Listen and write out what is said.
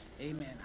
Amen